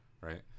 right